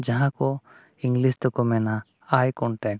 ᱡᱟᱦᱟᱸ ᱠᱚ ᱛᱮᱠᱚ ᱢᱮᱱᱟ